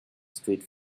straight